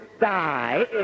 die